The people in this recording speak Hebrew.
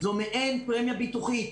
זאת מעין פרמיה ביטוחית.